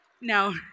No